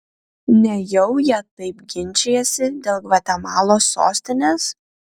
nejau jie taip ginčijasi dėl gvatemalos sostinės